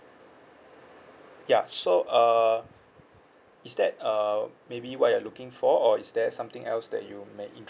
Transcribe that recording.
ya so uh is that uh maybe what you're looking for or is there something else that you may